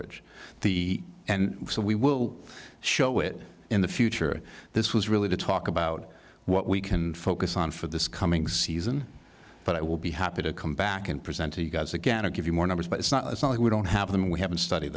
trowbridge the and so we will show it in the future this was really to talk about what we can focus on for this coming season but i will be happy to come back and present to you guys again to give you more numbers but it's not something we don't have them we haven't studied